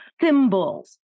thimbles